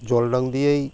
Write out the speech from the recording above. জল রঙ দিয়েই